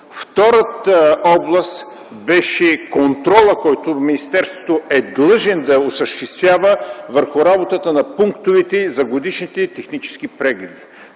Втората област беше контролът, който министерството е длъжно да осъществява върху работата на пунктовете за годишните технически прегледи.